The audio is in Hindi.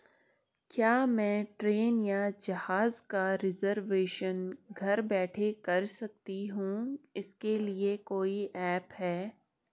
क्या मैं ट्रेन या जहाज़ का रिजर्वेशन घर बैठे कर सकती हूँ इसके लिए कोई ऐप है?